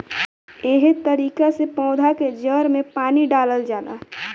एहे तरिका से पौधा के जड़ में पानी डालल जाला